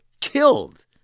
killed